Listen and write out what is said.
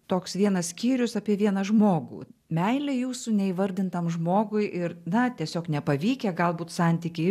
toks vienas skyrius apie vieną žmogų meilė jūsų neįvardintam žmogui ir na tiesiog nepavykę galbūt santykiai